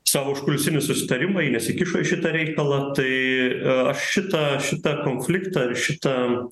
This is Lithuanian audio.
savo užkulisinius susitarimai nesikišo į šitą reikalą tai aš šitą šitą konfliktą ir šitą